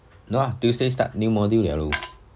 no ah tuesday start new module liao lor